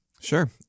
Sure